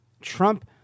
Trump